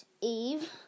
Eve